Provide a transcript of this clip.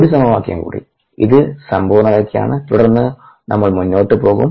ഒരു സമവാക്യം കൂടി ഇത് സമ്പൂർണ്ണതയ്ക്കാണ് തുടർന്ന് നമ്മൾ മുന്നോട്ട് പോകും